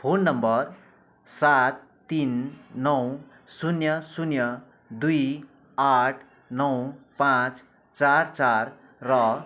phone number सात तिन नौ शून्य शून्य दुई आठ नौ पाँच चार चार र